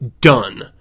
done